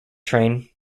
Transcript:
train